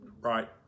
right